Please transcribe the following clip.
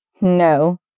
No